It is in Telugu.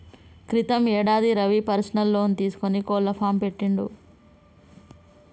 క్రితం యేడాది రవి పర్సనల్ లోన్ తీసుకొని కోళ్ల ఫాం పెట్టిండు